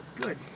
Good